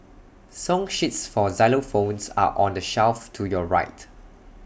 song sheets for xylophones are on the shelf to your right